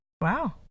Wow